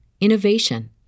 innovation